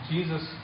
Jesus